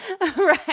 Right